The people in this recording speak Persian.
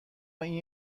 این